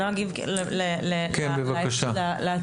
כן, בבקשה.